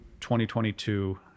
2022